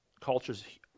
Cultures